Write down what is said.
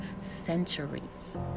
centuries